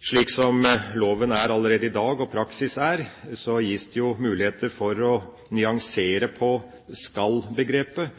Slik som loven allerede praktiseres i dag, gis det muligheter for å nyansere «skal»-begrepet.